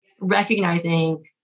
recognizing